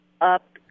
up